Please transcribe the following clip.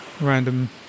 random